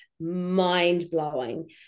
mind-blowing